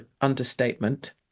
understatement